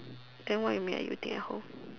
then why you meet at you think at home